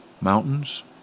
mountains